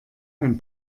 ein